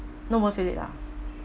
no more ah